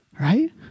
right